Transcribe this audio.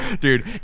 dude